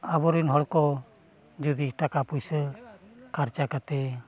ᱟᱵᱚ ᱨᱮᱱ ᱦᱚᱲ ᱠᱚ ᱡᱩᱫᱤ ᱴᱟᱠᱟ ᱯᱩᱭᱥᱟᱹ ᱠᱷᱚᱨᱪᱟ ᱠᱟᱛᱮᱫ